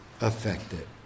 affected